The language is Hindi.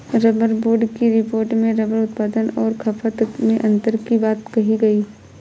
रबर बोर्ड की रिपोर्ट में रबर उत्पादन और खपत में अन्तर की बात कही गई